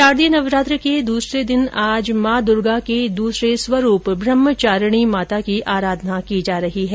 शारदीय नवरात्र के आज दूसरे दिन मॉ दूर्गा के दूसरे स्वरूप ब्रहमचारणी माता की अराधना की जा रही है